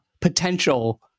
potential